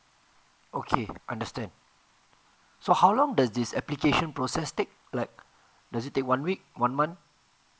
okay understand so how long does this application process take like does it take one week one month